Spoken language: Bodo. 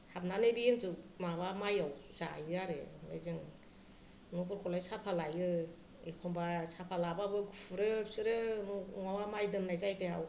हाबनानै बे एन्जर माबा माइयाव जायो आरो ओमफ्राय जों न'फोरखौलाय साफा लायो एखम्बा साफा लाबाबो खुरो बिसोरो नङाबा माइ दोननाय जायगायाव